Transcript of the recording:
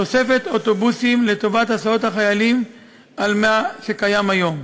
תוספת אוטובוסים לטובת הסעות החיילים על מה שקיים היום.